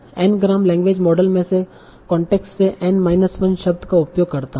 N gram language model में मैं context से n माइनस 1 शब्द का उपयोग करता हूं